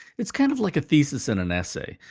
it's kind of like a thesis in an essay.